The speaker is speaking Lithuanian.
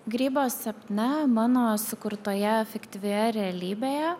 grybo sapne mano sukurtoje efektyvioje realybėje